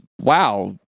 wow